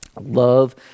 Love